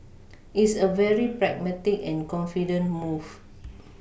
it's a very pragmatic and confident move